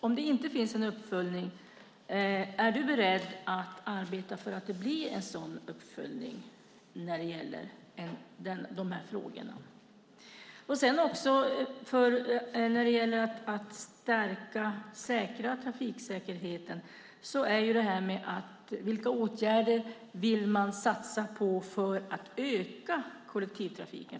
Om det inte finns någon uppföljning, är Eliza Roszkowska Öberg beredd att arbeta för att det blir en sådan uppföljning? Vilka åtgärder vill man satsa på för att öka kollektivtrafiken?